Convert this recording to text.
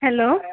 hello